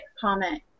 comment